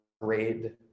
grade